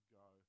go